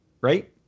right